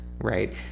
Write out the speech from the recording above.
right